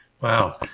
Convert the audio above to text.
Wow